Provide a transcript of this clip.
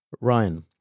Ryan